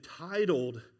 entitled